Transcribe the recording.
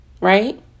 right